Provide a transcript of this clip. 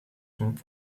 sont